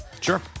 Sure